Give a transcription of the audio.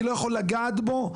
אני לא יכול לגעת בו,